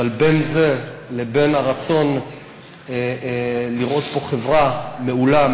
אבל בין זה לבין הרצון לראות פה חברה מעולה,